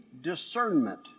discernment